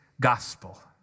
gospel